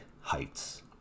heights